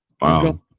Wow